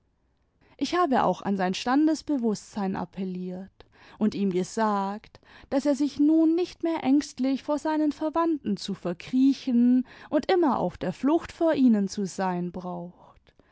ich habe auch an sein standesbewußtsein appelliert und ihm gesagt daß er sich nun nicht mehr ängstlich vor seinen verwandten zu verkriechen und immer auf der flucht vor ihnen zu sein braucht